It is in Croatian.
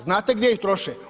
Znate gdje ih troše?